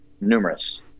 numerous